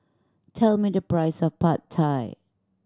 tell me the price of Pad Thai